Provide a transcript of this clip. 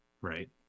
Right